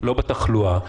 לא בתחלואה.